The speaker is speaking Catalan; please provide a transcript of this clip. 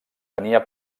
tenia